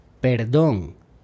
perdón